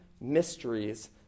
mysteries